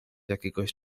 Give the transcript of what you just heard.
jakiegoś